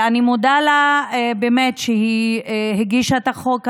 אני מודה לה שהיא הגישה את החוק הזה,